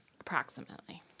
approximately